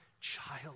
child